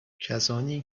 کسانی